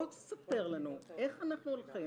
בוא ותספר לנו איך אנחנו הולכים